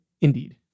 indeed